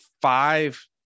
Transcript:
five